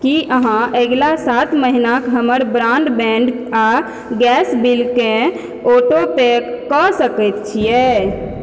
की अहाँ अगिला सात महिनाके हमर ब्रॉडबैंड आओर गैस बिलके ऑटोपे कऽ सकै छिए